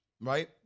right